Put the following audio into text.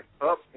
up